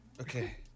Okay